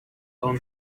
own